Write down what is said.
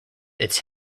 its